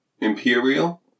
Imperial